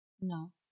No